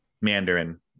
Mandarin